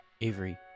Avery